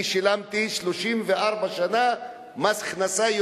אני שילמתי 34 שנה מס הכנסה,